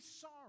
sorry